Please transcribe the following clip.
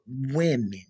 women